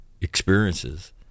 experiences